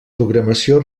programació